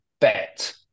bet